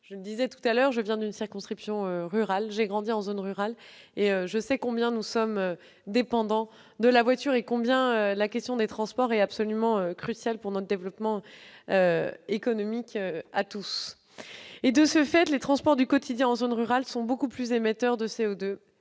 Je le disais tout à l'heure, pour venir d'une circonscription rurale et avoir grandi dans une zone rurale, je sais combien nous sommes dépendants de la voiture et combien la question des transports est absolument cruciale pour notre développement économique à tous. De fait, les transports du quotidien en zone rurale émettent bien de CO2